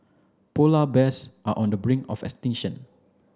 polar bears are on the brink of extinction